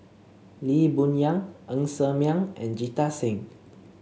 Lee Boon Yang Ng Ser Miang and Jita Singh